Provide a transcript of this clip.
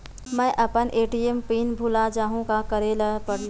मैं अपन ATM PIN भुला जहु का करे ला लगही?